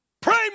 Pray